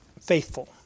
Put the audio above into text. faithful